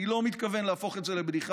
אני לא מתכוון להפוך את זה לבדיחה,